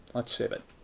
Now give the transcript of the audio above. let's save it.